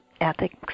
ethics